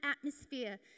atmosphere